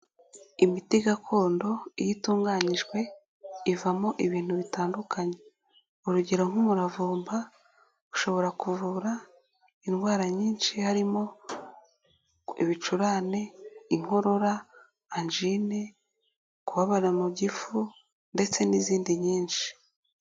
Imiti gakondo iyo itunganyijwe ivamo ibintu bitandukanye, urugero nk'umuravumba ushobora kuvura indwara nyinshi harimo; ibicurane, inkorora, anjine, kubabara mu gifu, ndetse n'izindi nyinshi.